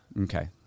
Okay